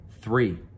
three